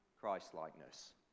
Christ-likeness